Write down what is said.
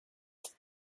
this